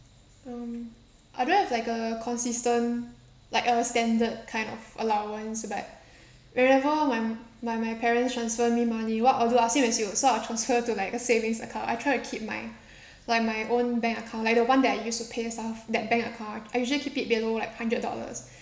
um I don't have like a consistent like a standard kind of allowance but whenever my my my parents transfer me money what I will do I same as you so I transfer to like a savings account I try to keep my like my own bank account like the one that I use to pay stuff that bank account I usually keep it below like hundred dollars